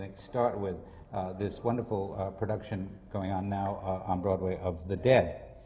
like start with this wonderful production going on now on broadway of the dead.